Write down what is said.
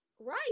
Right